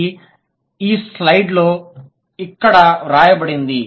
ఇది ఈ స్లైడ్ లో ఇక్కడ వ్రాయబడింది